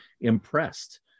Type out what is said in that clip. impressed